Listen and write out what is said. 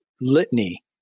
litany